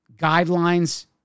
guidelines